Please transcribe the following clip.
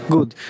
Good